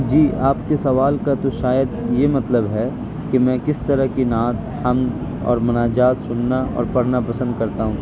جی آپ کے سوال کا تو شاید یہ مطلب ہے کہ میں کس طرح کی نعت حمد اور مناجات سننا اور پڑھنا پسند کرتا ہوں